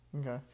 Okay